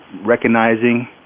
recognizing